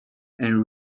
and